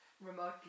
remotely